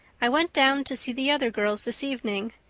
i went down to see the other girls this evening.